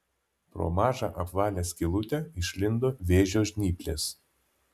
pro mažą apvalią skylutę išlindo vėžio žnyplės